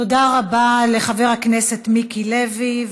תודה רבה לחבר הכנסת מיקי לוי.